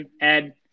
Ed